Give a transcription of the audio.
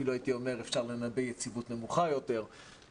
אפילו הייתי אומר שאפשר לנבא יציבות נמוכה יותר,